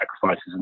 sacrifices